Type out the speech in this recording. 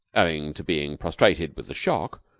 owing to being prostrated with the shock,